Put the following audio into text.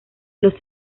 los